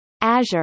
Azure